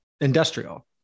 industrial